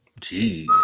Jeez